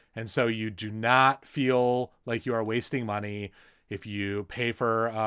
and so you do not feel like you are wasting money if you pay for.